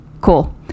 Cool